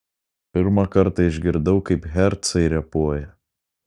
pirmą kartą išgirdau kaip hercai repuoja